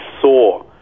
saw